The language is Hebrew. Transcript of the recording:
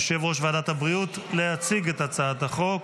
יושב-ראש ועדת הבריאות, להציג את הצעת החוק.